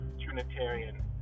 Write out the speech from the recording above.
Trinitarian